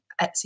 Etsy